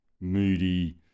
moody